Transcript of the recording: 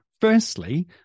Firstly